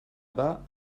bas